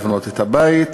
לבנות את הבית,